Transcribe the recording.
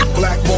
black